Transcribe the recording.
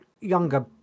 younger